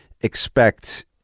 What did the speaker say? expect